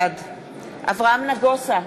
בעד אברהם נגוסה,